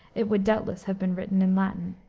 it would doubtless have been written in latin.